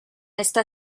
esta